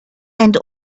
and